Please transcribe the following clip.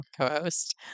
co-host